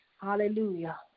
Hallelujah